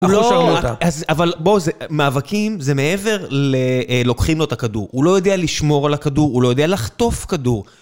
הוא לא... אבל בואו, מאבקים זה מעבר ללוקחים לו את הכדור. הוא לא יודע לשמור על הכדור, הוא לא יודע לחטוף כדור.